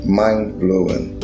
mind-blowing